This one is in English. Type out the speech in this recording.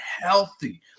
healthy